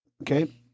Okay